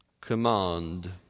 command